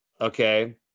okay